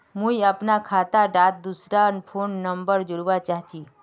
मुई अपना खाता डात दूसरा फोन नंबर जोड़वा चाहची?